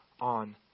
on